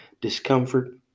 discomfort